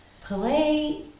play